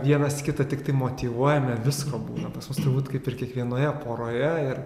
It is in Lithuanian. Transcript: vienas kitą tiktai motyvuojame visko būna pas mus turbūt kaip ir kiekvienoje poroje ir